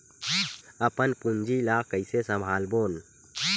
अपन पूंजी ला कइसे संभालबोन?